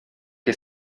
que